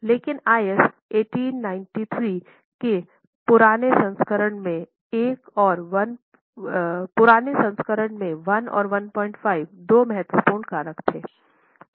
लेकिन आईएस 1893 के पुराने संस्करण में 1 और 15 दो महत्वपूर्ण कारक थे